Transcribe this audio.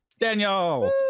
Daniel